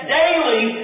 daily